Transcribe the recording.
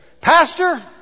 Pastor